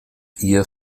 ihr